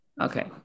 Okay